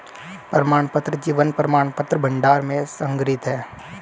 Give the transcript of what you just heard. प्रमाणपत्र जीवन प्रमाणपत्र भंडार में संग्रहीत हैं